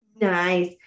Nice